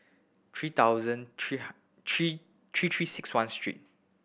three thousand three three three Three Six One street